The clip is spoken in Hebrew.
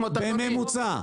בממוצע.